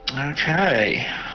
Okay